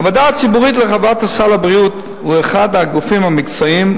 הוועדה הציבורית להרחבת סל הבריאות היא אחד הגופים המקצועיים,